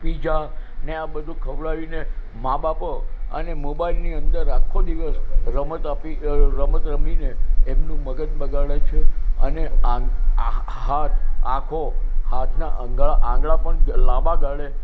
pizza ને આ બધું ખવડાવીને મા બાપો અને મોબાઇલની અંદર આખો દિવસ રમત આપી રમત રમીને એમનું મગજ બગાડે છે અને આ હાથ આખો હાથના અંગળા આંગળા પણ લાંબાગાળે